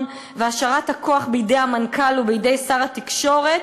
והשארת הכוח בידי המנכ"ל ובידי שר התקשורת,